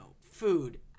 Food